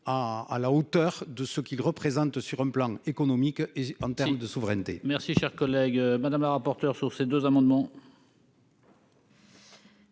à la hauteur de ce qu'il représente sur un plan économique et en termes de souveraineté. Merci, cher collègue Madame la rapporteure sur ces deux amendements.